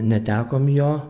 netekom jo